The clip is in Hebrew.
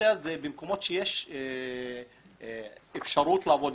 במקומות שיש אפשרות לעבוד,